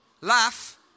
Laugh